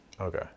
Okay